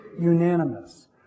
unanimous